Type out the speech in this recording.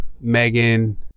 megan